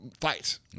fights